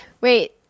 Wait